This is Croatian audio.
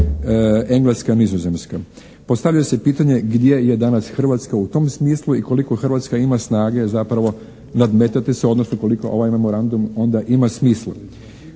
Engleska, Nizozemska. Postavlja se pitanje gdje je danas Hrvatska i tom smislu i koliko Hrvatska ima snage zapravo nadmetati se odnosno koliko ovaj memorandum onda ima smisla?